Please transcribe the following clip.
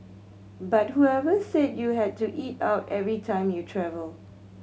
but whoever said you had to eat out every time you travel